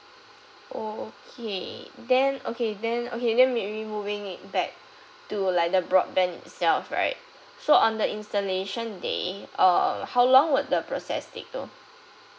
okay then okay then okay then maybe moving it back to like the broadband itself right so on the installation day um how long would the process take though